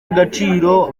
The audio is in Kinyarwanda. agaciro